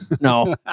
No